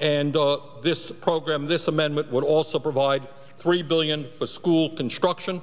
and this program this amendment would also provide three billion for school construction